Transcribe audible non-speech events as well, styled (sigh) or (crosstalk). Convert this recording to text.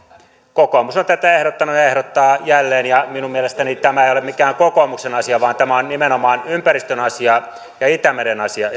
kokoomus on tätä ehdottanut ja ehdottaa jälleen minun mielestäni tämä ei ole mikään kokoomuksen asia vaan tämä on nimenomaan ympäristön asia ja itämeren asia (unintelligible)